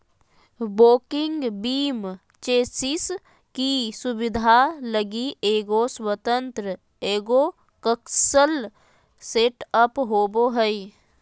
walking beam chassis की सुबिधा लगी एगो स्वतन्त्र एगोक्स्ल सेटअप होबो हइ